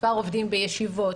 מספר עובדים בישיבות,